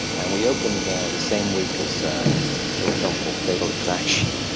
and we opened the same week as a little film called fatal attraction,